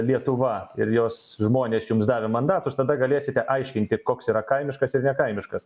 lietuva ir jos žmonės jums davė mandatus tada galėsite aiškinti koks yra kaimiškas ir ne kaimiškas